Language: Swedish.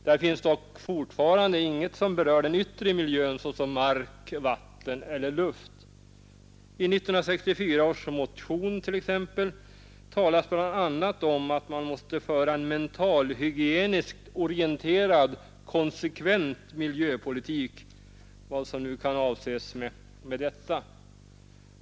Där finns dock fortfarande inget som berör den yttre miljön såsom mark, vatten eller luft. I 1964 års motion t.ex. talas bl.a. om att man måste föra en mentalhygieniskt orienterad konsekvent miljöpolitik — vad som nu kan avses med detta.